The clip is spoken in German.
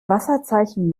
wasserzeichen